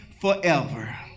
forever